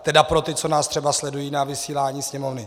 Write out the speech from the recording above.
Teda pro ty, co nás třeba sledují na vysílání Sněmovny.